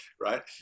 right